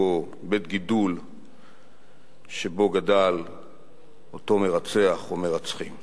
בית-גידול שבו גדל אותו מרצח או גדלו אותם מרצחים.